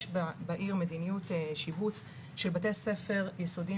יש בעיר מדיניות שיבוץ של בתי ספר יסודיים